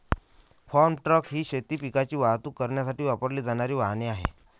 form truck ही शेती पिकांची वाहतूक करण्यासाठी वापरली जाणारी वाहने आहेत